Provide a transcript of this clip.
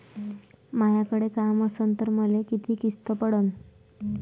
मायाकडे काम असन तर मले किती किस्त पडन?